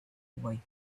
boy